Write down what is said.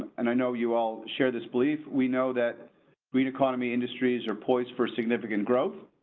and i know you all share this belief, we know that we need economy industries are poised for significant growth.